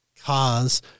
cause